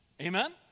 Amen